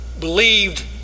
believed